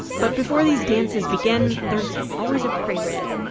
but before these dances begin, there's always a prelude.